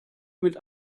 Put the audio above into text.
mit